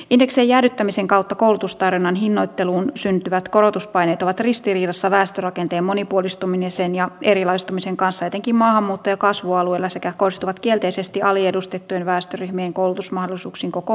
indeksien jäädyttämisen kautta koulutustarjonnan hinnoitteluun syntyvät korotuspaineet ovat ristiriidassa väestörakenteen monipuolistumisen ja erilaistumisen kanssa etenkin maahanmuutto ja kasvualueilla sekä kohdistuvat kielteisesti aliedustettujen väestöryhmien koulutusmahdollisuuksiin koko maassa